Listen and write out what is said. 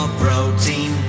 protein